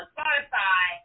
Spotify